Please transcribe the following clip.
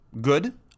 good